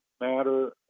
matter